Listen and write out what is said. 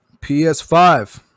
ps5